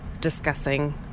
discussing